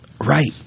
Right